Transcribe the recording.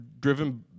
driven